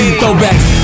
throwbacks